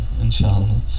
inshallah